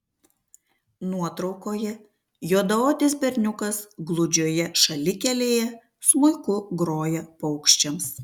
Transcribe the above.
nuotraukoje juodaodis berniukas gludžioje šalikelėje smuiku groja paukščiams